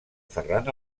ferran